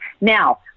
Now